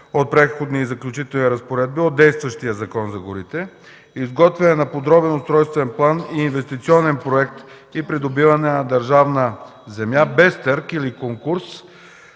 от Преходни и заключителни разпоредби от действащия Закон за горите, изготвяне на подробен устройствен план и инвестиционен проект и придобиване на държавна земя без търг или конкурс